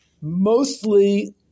mostly